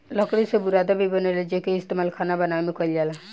लकड़ी से बुरादा भी बनेला जेइके इस्तमाल खाना बनावे में कईल जाला